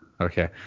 Okay